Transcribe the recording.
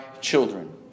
children